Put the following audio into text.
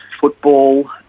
football